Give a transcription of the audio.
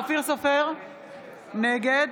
בעד בצלאל סמוטריץ' נגד